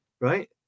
Right